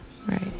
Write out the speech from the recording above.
Right